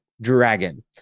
dragon